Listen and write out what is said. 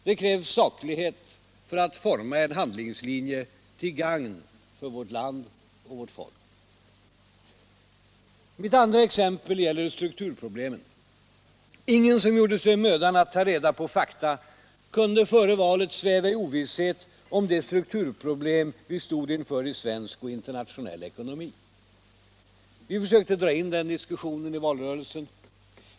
Det krävs saklighet för att forma en handlingslinje till gagn för vårt land och vårt folk. Mitt andra exempel gäller strukturproblemen. Ingen som gjorde sig mödan att ta reda på fakta kunde före valet sväva i ovisshet om de strukturproblem vi stod inför i svensk och internationell ekonomi. Vi försökte dra in den diskussionen i valrörelsen.